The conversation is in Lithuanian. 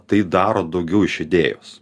tai daro daugiau iš idėjos